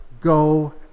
go